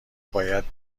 باید